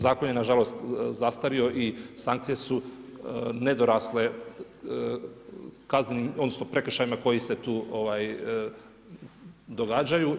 Zakon je nažalost zastario i sankcije su nedorasle kaznenim, odnosno prekršajima koji se tu događaju.